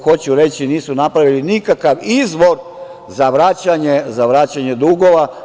Hoću reći, nisu napravili nikakav izvor za vraćanje dugova.